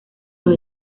los